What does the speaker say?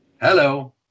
hello